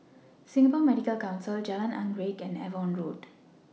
Singapore Medical Council Jalan Anggerek and Avon Road